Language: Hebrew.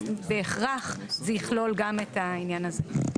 אז בהכרח זה יכלול גם את העניין הזה.